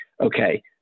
okay